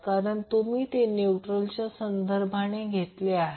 कारण तुम्ही ते न्यूट्रलचा संदर्भाने घेतलेले आहेत